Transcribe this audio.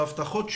ההבטחות שלו,